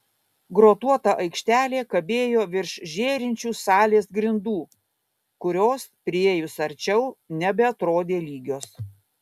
grotuota aikštelė kabėjo virš žėrinčių salės grindų kurios priėjus arčiau nebeatrodė lygios